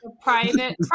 private